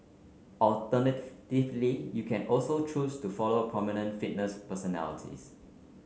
alternatively you can also choose to follow prominent fitness personalities